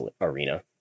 Arena